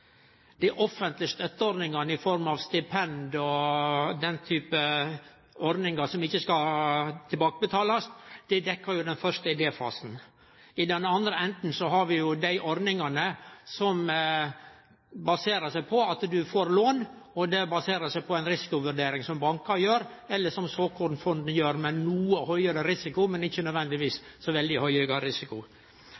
Dei offentlege støtteordningane i form av stipend og den typen ordningar som ikkje skal betalast tilbake, dekkjer den første idéfasen. I den andre enden har vi jo dei ordningane som baserer seg på at du får lån. Dei baserer seg på ei risikovurdering som bankane gjer, eller som såkornfonda gjer med noko høgare risiko, men ikkje nødvendigvis